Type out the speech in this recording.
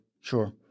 sure